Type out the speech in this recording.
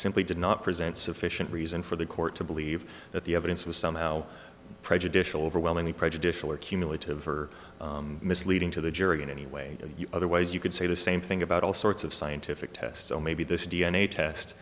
simply did not present sufficient reason for the court to believe that the evidence was somehow prejudicial overwhelmingly prejudicial or cumulative or misleading to the jury in any way otherwise you could say the same thing about all sorts of scientific tests so maybe this d n a test